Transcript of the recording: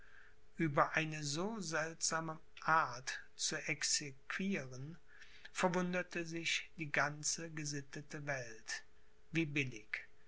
ueber eine so seltsame art zu exequieren verwunderte sich die ganze gesittete welt wie billig